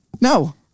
No